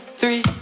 three